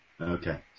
Okay